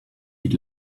eat